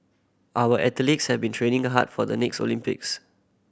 our athletes have been training a hard for the next Olympics